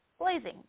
blazing